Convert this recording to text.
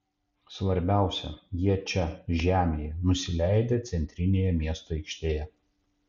svarbiausia jie čia žemėje nusileidę centrinėje miesto aikštėje